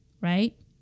right